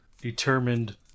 determined